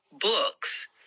books